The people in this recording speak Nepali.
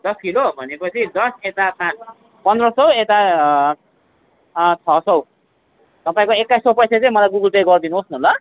दस किलो भने पछि दस यता पाँच पन्ध्र सौ यता छ सय तपाईँको एक्काइस सय पैसा चाहिँ मलाई गुगल पे गरिदिनुहोस् न ल